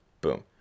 Boom